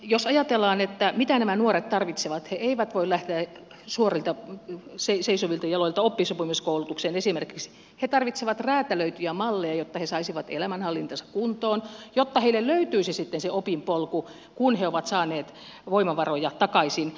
jos ajatellaan mitä nämä nuoret tarvitsevat niin he eivät voi lähteä seisovilta jaloilta esimerkiksi oppisopimuskoulutukseen vaan he tarvitsevat räätälöityjä malleja jotta he saisivat elämänhallintansa kuntoon jotta heille löytyisi sitten se opinpolku kun he ovat saaneet voimavaroja takaisin